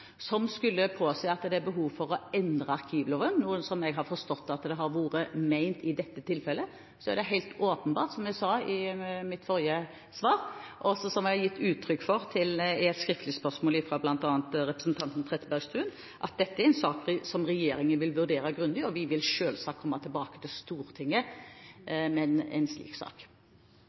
som skulle tilsi at det er behov for å endre arkivloven, noe som jeg har forstått har vært ment i dette tilfellet, er det helt åpenbart, som jeg sa i mitt forrige svar, og som jeg har gitt uttrykk for i svar på et skriftlig spørsmål fra bl.a. representanten Trettebergstuen, at dette er en sak som regjeringen vil vurdere grundig, og vi vil selvsagt komme tilbake til Stortinget